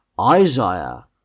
Isaiah